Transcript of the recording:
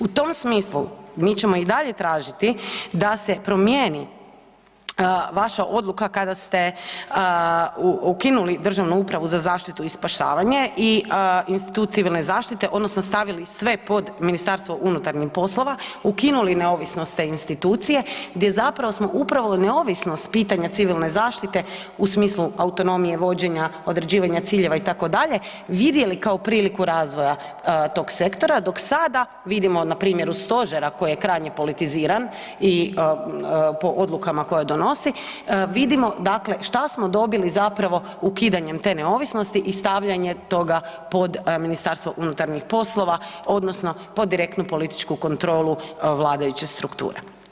U tom smislu mi ćemo i dalje tražiti da se promijeni vaša odluka kada ste ukinuli Državnu upravu za zaštitu i spašavanje i .../nerazumljivo/... civilne zaštite odnosno stavili sve pod Ministarstvo unutarnjih poslova, ukinuli neovisnog te institucije gdje zapravo smo upravo neovisnost pitanja civilne zaštite u smislu autonomije, vođenja, određivanja ciljeva, itd., vidjeli kao priliku razvoja tog sektora, dok sada, vidimo na primjeru Stožera, koji je krajnje politiziran i po odlukama koje donosi, vidimo dakle što smo dobili zapravo ukidanjem te neovisnosti i stavljanjem toga pod MUP odnosno pod direktno političku kontrolu vladajuće strukture.